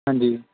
ਹਾਂਜੀ